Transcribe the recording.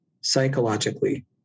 psychologically